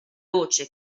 voce